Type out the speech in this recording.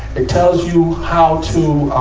it tells you how to, um,